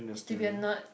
to be a nerd